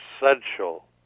essential